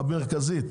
המרכזית,